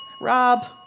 Rob